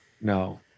No